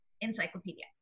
encyclopedia